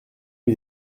une